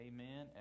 Amen